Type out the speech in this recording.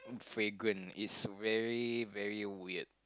fragrant it's very very weird